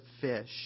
fish